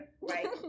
right